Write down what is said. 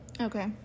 okay